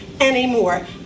anymore